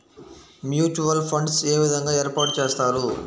Mutual funds ఏ విధంగా ఏర్పాటు చేస్తారు?